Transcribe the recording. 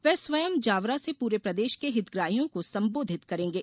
वे स्वयं जावरा से पूरे प्रदेश के हितग्राहियों को संबोधित करेंगे